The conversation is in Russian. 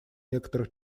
некоторых